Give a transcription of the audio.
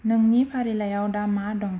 नोंनि फारिलाइआव दा मा दं